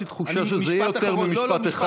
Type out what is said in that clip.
אבל יש לי תחושה שזה יהיה יותר ממשפט אחד.